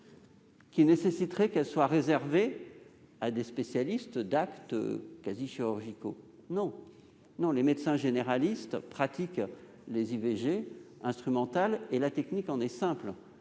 qu'elle devrait être réservée à des spécialistes en actes quasi chirurgicaux ? Non ! Les médecins généralistes pratiquent des IVG instrumentales ; la technique en est simple